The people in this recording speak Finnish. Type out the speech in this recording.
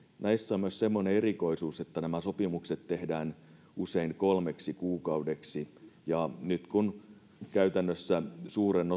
näissä on myös semmoinen erikoisuus että nämä sopimukset tehdään usein kolmeksi kuukaudeksi ja nyt kun käytännössä suurella